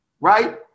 right